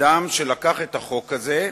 אדם שלקח את החוק הזה,